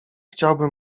chciałby